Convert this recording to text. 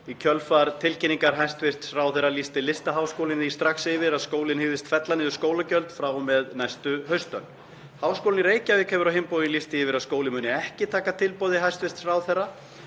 Í kjölfar tilkynningar hæstv. ráðherra lýsti Listaháskólinn því strax yfir að skólinn hygðist fella niður skólagjöld frá og með næstu haustönn. Háskólinn í Reykjavík hefur á hinn bóginn lýst því yfir að skólinn muni ekki taka tilboði hæstv. ráðherra.